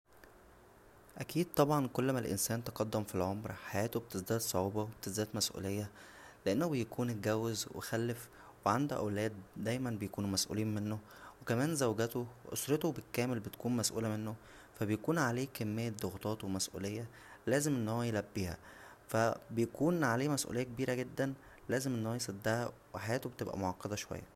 اكيد طبعا كل ما الانسان تقدم فالعمر حياته بتزداد صعوبه و بتزداد مسئوليه لانه بيكون اتجوز وخلف وعنده اولاد دايما بيكونو مسئولين منه و كمان زوجته و اسرته بالكامل بتكون مسئوله منه فا بيكون عليه كمية ضغوطات و مسئوليه لازم ان هو يلبيها فا بيكون عليه مسئوليه كبيره ججدا لازم ان هو يسدها و حياته بتبقى معقده شويه